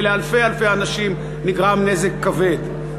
ולאלפי-אלפי אנשים נגרם נזק כבד.